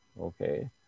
okay